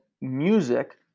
music